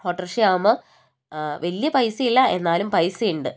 autorickshaw ആകുമ്പോൾ വലിയ പൈസയില്ല എന്നാലും പൈസ ഉണ്ട്